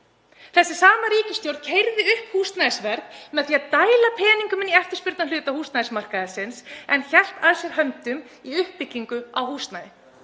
Þessi sama ríkisstjórn keyrði upp húsnæðisverð með því að dæla peningum í eftirspurnarhluta húsnæðismarkaðarins en hélt að sér höndum í uppbyggingu á húsnæði